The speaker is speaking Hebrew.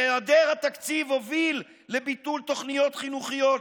היעדר התקציב הוביל לביטול תוכניות חינוכיות,